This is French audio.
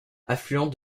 affluent